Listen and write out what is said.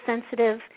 sensitive